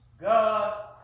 God